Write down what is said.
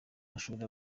mashuri